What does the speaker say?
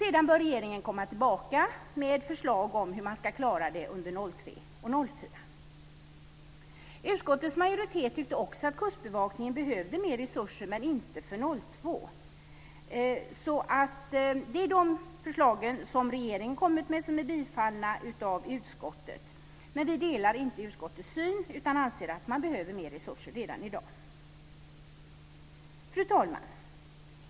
Sedan bör regeringen komma tillbaka med förslag om hur man ska klara detta under åren 2003 och 2004. Utskottets majoritet tycker också att Kustbevakningen behöver mer resurser men inte för 2002. Detta är alltså de förslag som regeringen kommit med och som är bifallna av utskottet. Men vi delar inte utskottets syn utan anser att Kustbevakningen behöver mer resurser redan i dag. Fru talman!